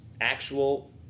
actual